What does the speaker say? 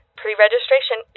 Pre-registration